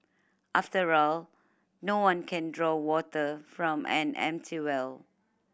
after all no one can draw water from an empty well